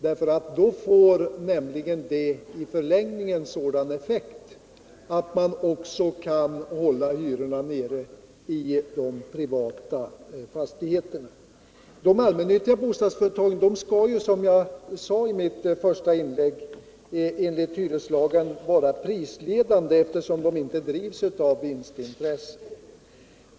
Detta får nämligen i förlängningen sådan effekt att man också kan hålla hyrorna nere i de privata fastigheterna. De allmännyttiga bostadsföretagen skall. som jag påpekade i mitt första inlägg, enligt hyreslagen vara prisledande, eftersom de inte drivs av vinstintresse.